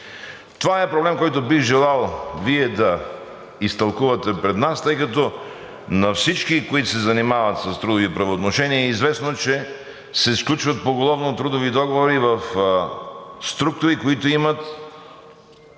Това е проблем, който бих желал Вие да изтълкувате пред нас, тъй като на всички, които се занимават с трудови правоотношения, е известно, че поголовно се сключват трудови договори в структури, които имат